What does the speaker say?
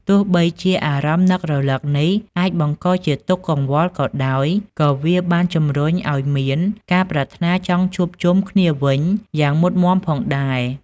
ទោះបីជាអារម្មណ៍នឹករលឹកនេះ អាចបង្កជាទុក្ខកង្វល់ក៏ដោយ ក៏វាបានជំរុញឲ្យមាន ការប្រាថ្នាចង់ជួបជុំគ្នាវិញ យ៉ាងមុតមាំផងដែរ។